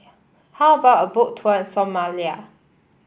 how about a Boat Tour in Somalia